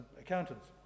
accountants